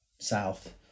south